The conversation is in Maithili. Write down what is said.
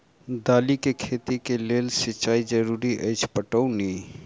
दालि केँ खेती केँ लेल सिंचाई जरूरी अछि पटौनी?